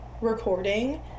recording